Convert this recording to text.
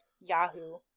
Yahoo